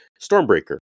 Stormbreaker